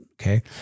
okay